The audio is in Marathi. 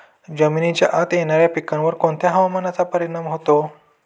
जमिनीच्या आत येणाऱ्या पिकांवर कोणत्या हवामानाचा परिणाम होतो?